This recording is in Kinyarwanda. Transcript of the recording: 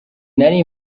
nari